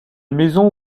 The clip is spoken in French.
maison